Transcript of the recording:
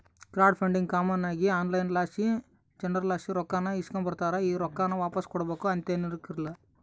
crowd funding common ಆಗಿ online ಲಾಸಿ ಜನುರ್ಲಾಸಿ ರೊಕ್ಕಾನ ಇಸ್ಕಂಬತಾರ, ಈ ರೊಕ್ಕಾನ ವಾಪಾಸ್ ಕೊಡ್ಬಕು ಅಂತೇನಿರಕ್ಲಲ್ಲ